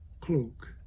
cloak